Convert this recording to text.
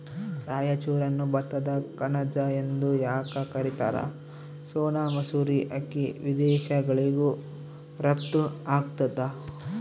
ರಾಯಚೂರನ್ನು ಭತ್ತದ ಕಣಜ ಎಂದು ಯಾಕ ಕರಿತಾರ? ಸೋನಾ ಮಸೂರಿ ಅಕ್ಕಿ ವಿದೇಶಗಳಿಗೂ ರಫ್ತು ಆಗ್ತದ